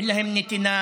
אין להם נתינה,